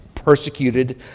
persecuted